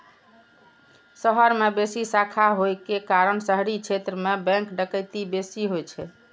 शहर मे बेसी शाखा होइ के कारण शहरी क्षेत्र मे बैंक डकैती बेसी होइ छै